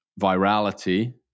virality